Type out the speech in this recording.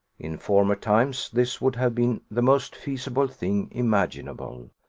in former times this would have been the most feasible thing imaginable,